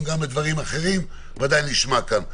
וגם דברים אחרים שוודאי נשמע כאן.